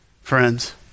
friends